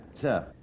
Sir